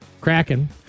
Kraken